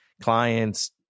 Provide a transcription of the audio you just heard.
clients